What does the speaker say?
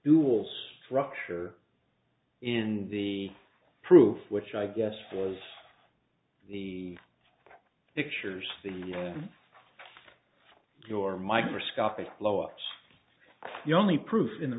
dual structure in the proof which i guess for as the pictures the your microscopic blowups the only proof in the